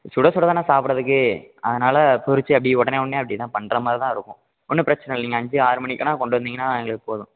சுட சுட தானே சாப்பிட்றதுக்கு அதனால் பொரிச்சு அப்படியே உடனே உடனே அப்படி தான் பண்ணுற மாதிரி தான் இருக்கும் ஒன்றும் பிரச்சனை இல்லை நீங்கள் அஞ்சு ஆறு மணிக்குன்னா கொண்டு வந்தீங்கன்னால் எங்களுக்கு போதும்